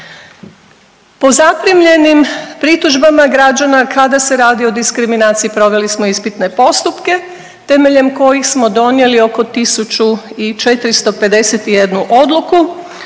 Po zaprimljenim pritužbama građana, kada se radi o diskriminaciji, proveli smo ispitne postupke temeljem kojih smo donijeli oko 1451 odluku.